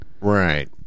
Right